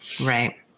Right